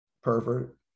pervert